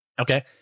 Okay